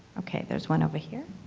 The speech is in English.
ok, there is one over here.